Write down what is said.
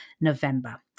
November